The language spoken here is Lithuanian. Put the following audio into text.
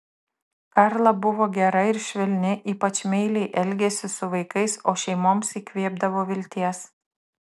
karla buvo gera ir švelni ypač meiliai elgėsi su vaikais o šeimoms įkvėpdavo vilties